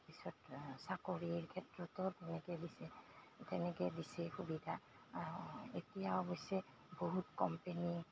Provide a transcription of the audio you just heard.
তাৰ পিছত চাকৰিৰ ক্ষেত্ৰতো তেনেকৈ দিছে তেনেকৈ দিছে সুবিধা এতিয়া অৱশ্যে বহুত কোম্পেনীয়ে